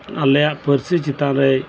ᱟᱞᱮᱭᱟᱜ ᱯᱟᱹᱨᱥᱤ ᱪᱮᱛᱟᱱ ᱨᱮ